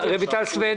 אנחנו סוחטים?